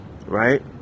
Right